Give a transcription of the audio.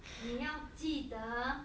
你要记得